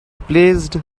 placed